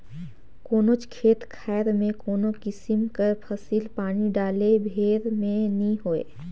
कोनोच खेत खाएर में कोनो किसिम कर फसिल पानी डाले भेर में नी होए